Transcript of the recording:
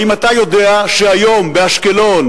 האם אתה יודע שהיום באשקלון,